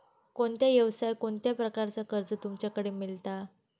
कोणत्या यवसाय कोणत्या प्रकारचा कर्ज तुमच्याकडे मेलता?